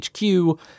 HQ